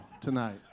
tonight